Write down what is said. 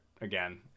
again